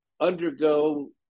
undergo